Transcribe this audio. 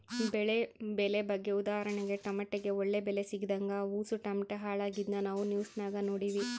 ಬೆಳೆ ಬೆಲೆ ಬಗ್ಗೆ ಉದಾಹರಣೆಗೆ ಟಮಟೆಗೆ ಒಳ್ಳೆ ಬೆಲೆ ಸಿಗದಂಗ ಅವುಸು ಟಮಟೆ ಹಾಳಾಗಿದ್ನ ನಾವು ನ್ಯೂಸ್ನಾಗ ನೋಡಿವಿ